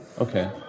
Okay